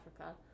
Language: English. Africa